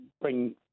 bring